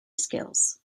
skills